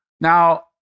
Now